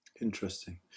Interesting